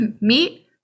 Meet